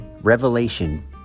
Revelation